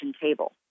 table